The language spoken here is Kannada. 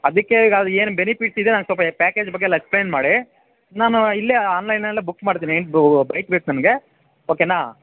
ಅದಕ್ಕೆ ಈಗ ಅದೇನು ಬೆನಿಫಿಟ್ಸ್ ಇದೆ ನನಗೆ ಸ್ವಲ್ಪ ಎ ಪ್ಯಾಕೇಜ್ ಬಗ್ಗೆ ಎಲ್ಲ ಎಕ್ಸ್ಪ್ಲೇನ್ ಮಾಡಿ ನಾನು ಇಲ್ಲೇ ಆನ್ಲೈನಲ್ಲೇ ಬುಕ್ ಮಾಡ್ತೀನಿ ಎಂಟು ಬೈಕ್ ಬೇಕು ನಮಗೆ ಓಕೆನಾ